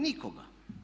Nikoga.